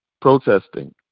protesting